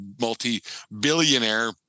multi-billionaire